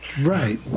right